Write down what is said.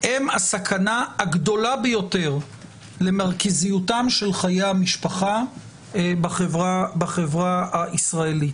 הם הסכנה הגדולה ביותר למרכזיותם של חיי המשפחה בחברה הישראלית.